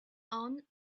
own